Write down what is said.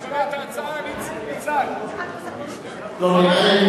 לא נראה,